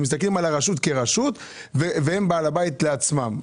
מסתכלים על הרשות כרשות והיא בעלת הבית לעצמה.